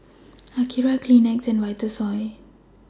Akira Kleenex and Vitasoy